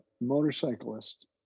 motorcyclist